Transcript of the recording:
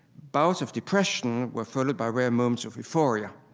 bouts of depression were followed by rare moments of euphoria.